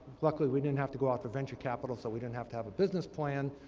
luckily, we didn't have to go out for venture capital, so we didn't have to have a business plan.